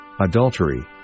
Adultery